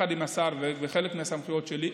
יחד עם השר, בחלק מהסמכויות שלי.